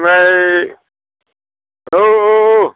ओमफ्राय औ औ औ